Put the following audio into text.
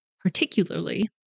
particularly